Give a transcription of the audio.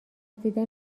دیدن